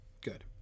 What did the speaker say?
good